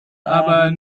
aber